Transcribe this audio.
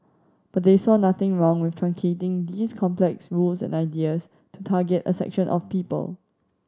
but they saw nothing wrong with truncating these complex rules and ideas to target a section of people